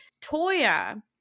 toya